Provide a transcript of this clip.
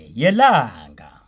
yelanga